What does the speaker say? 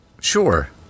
Sure